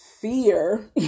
fear